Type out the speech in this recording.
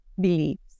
beliefs